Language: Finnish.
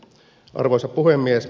arvoisa puhemies